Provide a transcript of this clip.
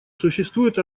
существует